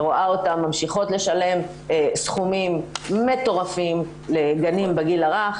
אני רואה אותן ממשיכות לשלם סכומים מטורפים לגנים בגיל הרך,